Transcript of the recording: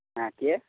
হ্যাঁ কে